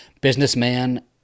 businessman